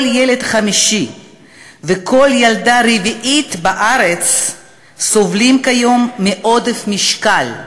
ילד חמישי וכל ילדה רביעית בארץ סובלים כיום מעודף משקל,